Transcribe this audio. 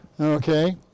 Okay